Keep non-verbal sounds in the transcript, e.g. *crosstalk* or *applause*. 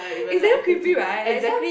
*breath* it's damn creepy right like some